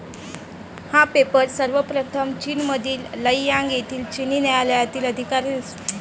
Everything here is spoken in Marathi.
हा पेपर सर्वप्रथम चीनमधील लेई यांग येथील चिनी न्यायालयातील अधिकारी त्साई लुन यांनी तयार केला होता